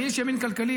אני איש ימין כלכלי.